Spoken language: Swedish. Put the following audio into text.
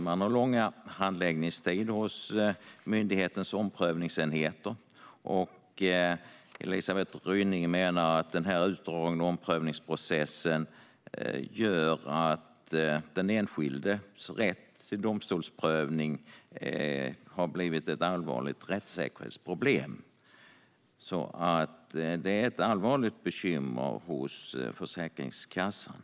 Man har långa handläggningstider hos myndighetens omprövningsenheter, och hon menar att den utdragna omprövningsprocessen gör att den enskildes rätt till domstolsprövning har blivit ett allvarligt rättssäkerhetsproblem. Det finns alltså ett allvarligt bekymmer hos Försäkringskassan.